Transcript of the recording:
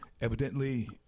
evidently